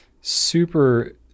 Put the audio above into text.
Super